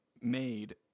made